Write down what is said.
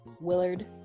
willard